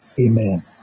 Amen